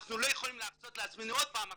אנחנו לא יכולים להרשות לעצמנו עוד פעם אכזבה.